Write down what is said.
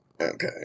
Okay